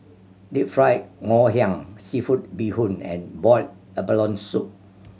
Deep Fried Ngoh Hiang seafood bee hoon and boiled abalone soup